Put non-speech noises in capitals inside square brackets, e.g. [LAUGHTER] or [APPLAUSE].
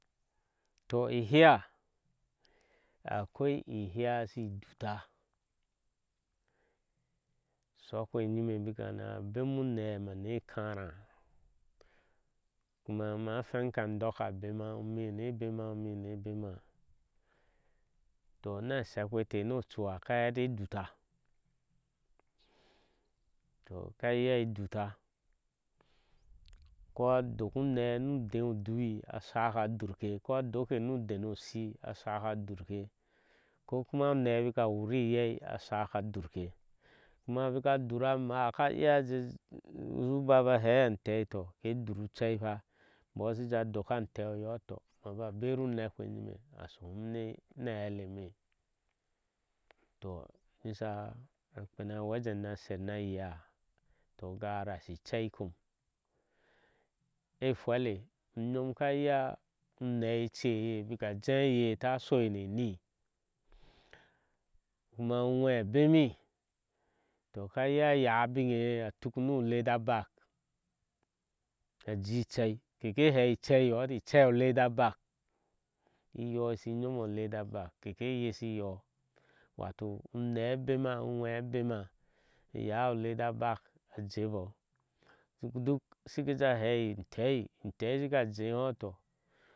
Toh ehea akooi eheá shu uduta shokpe jime mana bemo oneh mana nka-nra kuma mahwenka ndok ke ebema imi ne bema umi ne ebema toh na shkpe teh ni ocuha aka heti eduta toh ka iya e duta ko a doku uneeh nu dee udui ni ochai a durke ko adurke nu uidenn oshi a shaka durke ko. kuma uneel abaka wuri yei a shaka duke abaka dur ammáá asa baá aba heha anteei heti toh inteh ke dur ucer hwa imboɔk asha jɛɛ. aja hehi antɛɛ onei heti ma bika bera unekpe nyime toh a shohumni a heele ene toh nishe kpena wejen na sher na a ye oyeli toh aka hara shi cei kom cheile unyom ka iya uneei eckye baka jeh iye taiya a shoi ni eni kuma uŋwɛ́ɨ abemi toh k ya yaya abiŋe ye atuk nu weda baki a jijji icer keke hee oyire ecei inyono lete icei o lada ba inyo ishu eyomo o lrda bak keke yeshi yo wato unee abema uŋwe abeema a yaa leda bak a jeebɔɔ duknshiki ajee aja hehi intɛɛi inteei ashika jee ni ihoh a leti [UNINTELLIGIBLE] toh.